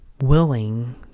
willing